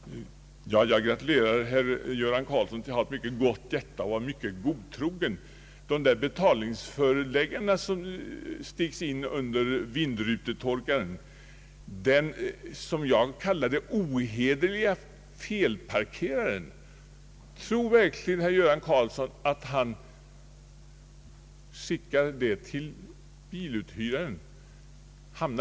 Herr talman! Jag gratulerar herr Göran Karlsson till att ha ett så gott hjärta och dessutom vara så godtrogen. Tror verkligen herr Göran Karlsson att den som jag vill beteckna som den ohederlige felparkeraren skickar de be talningsförelägganden som sätts fast under vindrutetorkaren till biluthyrningsfirman?